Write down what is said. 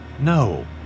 No